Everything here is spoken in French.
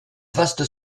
vaste